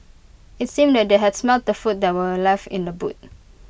IT seemed that they had smelt the food that were left in the boot